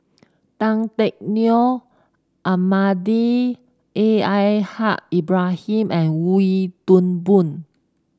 Tan Teck Neo Almahdi A L Haj Ibrahim and Wee Toon Boon